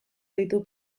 ditu